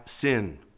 sin